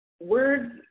Words